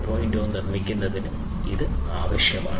0 നിർമ്മിക്കുന്നതിന് ഇത് ആവശ്യമാണ്